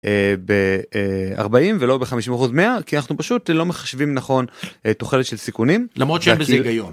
ב-40 ולא ב-50%-100, כי אנחנו פשוט לא מחשבים נכון תוחלת של סיכונים. -למרות שאין בזה היגיון.